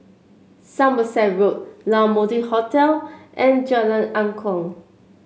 Somerset Road La Mode Hotel and Jalan Angklong